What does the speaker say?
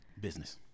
Business